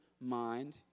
mind